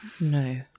no